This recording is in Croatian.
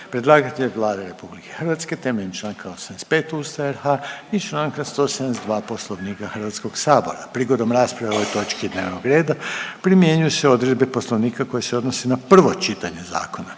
Predlagatelj je Vlada RH temeljem Članka 85. Ustava RH i Članka 172. Poslovnika Hrvatskog sabora. Prigodom rasprave o ovoj točki dnevnog reda primjenjuju se odredbe Poslovnika koje se odnose na prvo čitanje zakona.